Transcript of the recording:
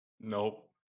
Nope